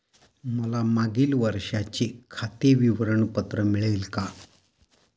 मला मागील वर्षाचे खाते विवरण पत्र मिळेल का?